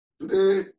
today